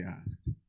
asked